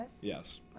Yes